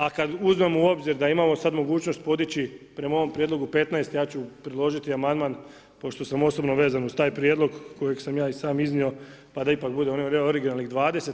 A kad uzmemo u obzir da imamo sad mogućnost podići prema ovom prijedlogu 15, ja ću predložiti amandman pošto sam osobno vezan uz taj prijedlog kojeg sam ja i sam iznio pa ipak bude onih originalnih 20.